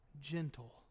gentle